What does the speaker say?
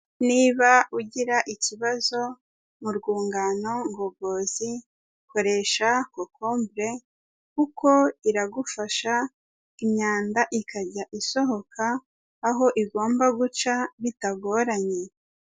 Niba ugira ikibazo mu rwungano ngogozi, koresha kokombure kuko iragufasha imyanda ikajya isohoka aho igomba guca bitagoranye.